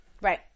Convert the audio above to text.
Right